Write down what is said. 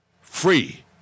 Free